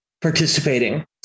participating